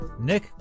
Nick